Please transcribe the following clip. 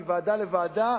מוועדה לוועדה.